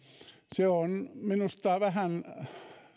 se on minusta vähän